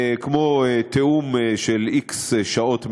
כמו תיאום של x שעות מראש,